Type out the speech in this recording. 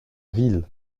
ville